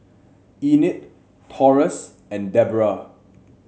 Enid Taurus and Debera